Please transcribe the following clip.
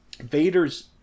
Vader's